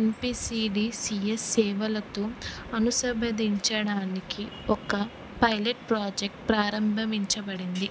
NPCDCS సేవలతో అనుసంధానించడానికి ఒక పైలెట్ ప్రాజెక్ట్ ప్రారంభించబడింది